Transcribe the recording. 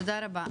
תודה רבה.